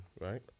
right